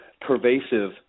pervasive